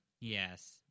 Yes